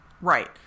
Right